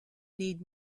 need